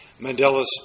Mandela's